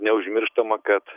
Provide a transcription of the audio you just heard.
neužmirštama kad